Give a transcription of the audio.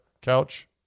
couch